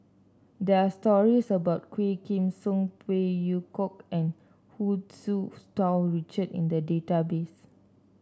there're stories about Quah Kim Song Phey Yew Kok and Hu Tsu Tau Richard in the database